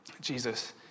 Jesus